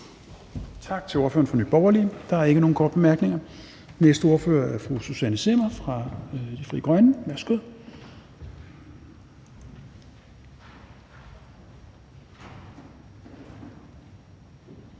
Tak til ordføreren for Nye Borgerlige. Der er ikke nogen korte bemærkninger. Den næste ordfører er fru Susanne Zimmer fra Frie Grønne. Værsgo.